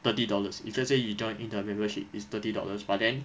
thirty dollars if let's say you join in their membership is thirty dollars but then